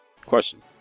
question